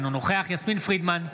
אינו נוכח יסמין פרידמן,